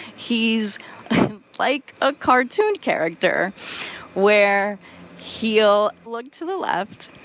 he's like a cartoon character where he'll look to the left,